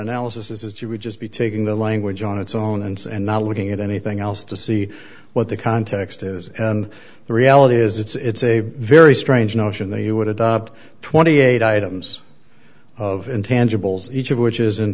analysis is that you would just be taking the language on its own and not looking at anything else to see what the context is and the reality is it's a very strange notion that you would adopt twenty eight items of intangibles each of which is in